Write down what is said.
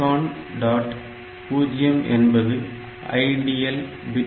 0 என்பது IDL bit ஆகும்